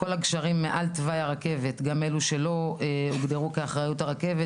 כל הגשרים מעל תוואי הרכבת גם אלו שלא הוגדרו כאחריות הרכבת,